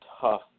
tough